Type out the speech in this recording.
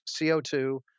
CO2